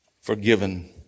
forgiven